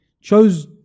chose